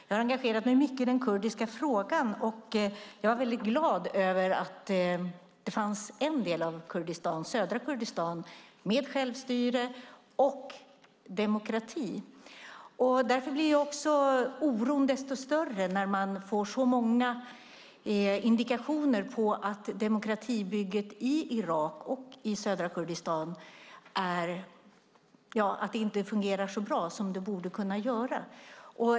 Jag har engagerat mig mycket i den kurdiska frågan, och jag är mycket glad över att det fanns en del av Kurdistan, södra Kurdistan, med självstyre och demokrati. Därför blir också oron desto större när man får så många indikationer på att demokratibygget i Irak och södra Kurdistan inte fungerar så bra som det borde kunna göra.